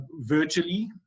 virtually